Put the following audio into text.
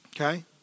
Okay